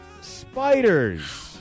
spiders